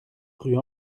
rue